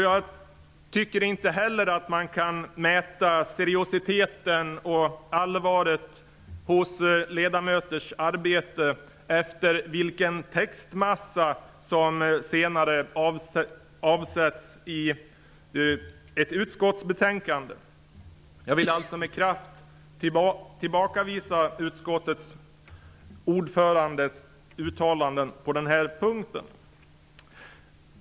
Jag tycker inte heller att man kan mäta seriositeten och allvaret i ledamöters arbete efter vilken textmassa som senare avsätts i ett utskottsbetänkande. Jag vill alltså med kraft tillbakavisa utskottets ordförandes uttalanden på denna punkt.